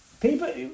people